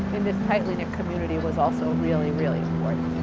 in this tightly knit community, was also really, really important.